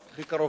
אחריו,